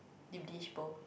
dip dish bowl